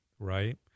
right